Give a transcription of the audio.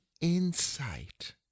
insight